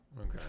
Okay